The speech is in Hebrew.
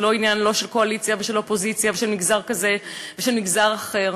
זה לא עניין לא של קואליציה ושל אופוזיציה ושל מגזר כזה ושל מגזר אחר.